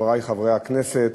חברי חברי הכנסת,